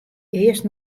earst